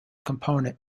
component